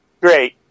great